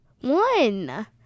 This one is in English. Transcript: One